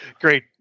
Great